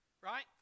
Right